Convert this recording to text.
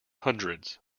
hundreds